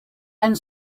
and